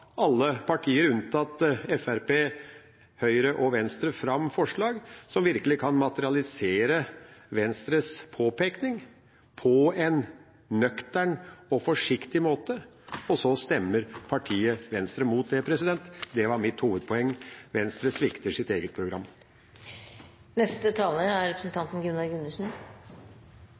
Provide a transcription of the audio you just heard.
alle partier, unntatt Fremskrittspartiet, Høyre og Venstre, fram forslag som virkelig kan materialisere Venstres påpekning på en nøktern og forsiktig måte – og så stemmer partiet Venstre imot det. Det var mitt hovedpoeng. Venstre svikter sitt eget program.